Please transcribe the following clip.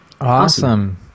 Awesome